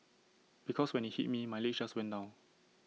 because when IT hit me my legs just went down